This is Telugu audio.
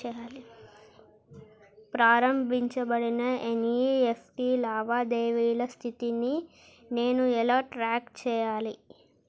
ప్రారంభించబడిన ఎన్.ఇ.ఎఫ్.టి లావాదేవీల స్థితిని నేను ఎలా ట్రాక్ చేయాలి?